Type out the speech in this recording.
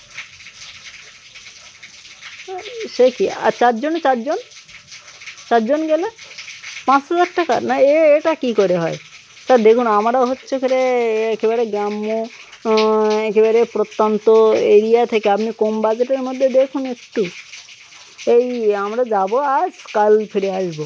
সে কি আর চারজন চারজন চারজন গেলে পাঁচ হাজার টাকা না এ এটা কী করে হয় তা দেখুন আমরা হচ্চে করে একেবারে গ্রাম্য একেবারে প্রত্যন্ত এরিয়া থেকে আপনি কম বাজেটের মধ্যে দেখুন একটু এই আমরা যাবো আজ কাল ফিরে আসবো